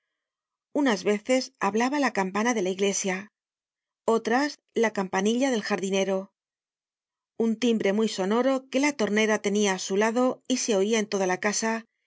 unas veces hablaba la campana de la iglesia otras la campanilla del jardinero un timbre muy sonoro que la tornera tenia á su lado y se oia en toda la casa